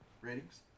ratings